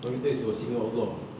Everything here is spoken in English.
no matter is considered allah